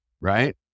right